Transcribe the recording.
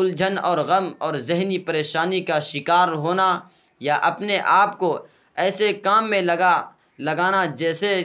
الجھن اور غم اور ذہنی پریشانی کا شکار ہونا یا اپنے آپ کو ایسے کام میں لگا لگانا جیسے